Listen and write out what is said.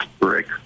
Rick